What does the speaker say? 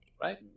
Right